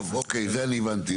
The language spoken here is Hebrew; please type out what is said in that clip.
טוב, אוקיי, את זה אני הבנתי.